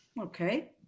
Okay